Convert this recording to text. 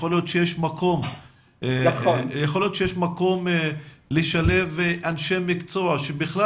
יכול להיות שיש מקום לשלב אנשי מקצוע שבכלל